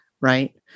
Right